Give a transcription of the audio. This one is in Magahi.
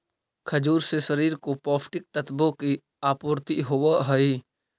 खजूर से शरीर को पौष्टिक तत्वों की आपूर्ति होवअ हई